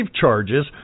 charges